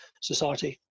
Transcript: society